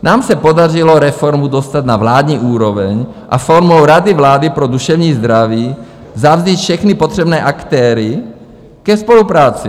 Nám se podařilo reformu dostat na vládní úroveň a formou Rady vlády pro duševní zdraví vzít všechny potřebné aktéry ke spolupráci.